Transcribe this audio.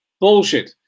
bullshit